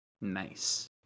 Nice